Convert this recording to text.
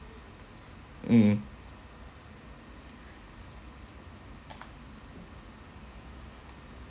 mm